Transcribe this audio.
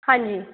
ਹਾਂਜੀ